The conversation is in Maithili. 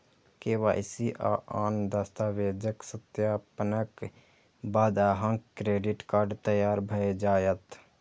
के.वाई.सी आ आन दस्तावेजक सत्यापनक बाद अहांक क्रेडिट कार्ड तैयार भए जायत